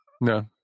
no